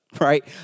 right